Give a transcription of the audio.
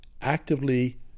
actively